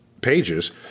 pages